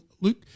Luke